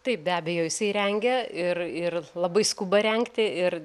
taip be abejo jisai rengia ir ir labai skuba rengti ir